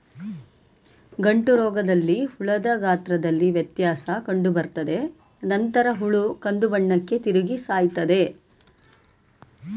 ಗಂಟುರೋಗದಲ್ಲಿ ಹುಳದ ಗಾತ್ರದಲ್ಲಿ ವ್ಯತ್ಯಾಸ ಕಂಡುಬರ್ತದೆ ನಂತರ ಹುಳ ಕಂದುಬಣ್ಣಕ್ಕೆ ತಿರುಗಿ ಸಾಯ್ತವೆ